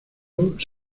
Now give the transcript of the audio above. municipio